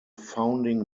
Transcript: founding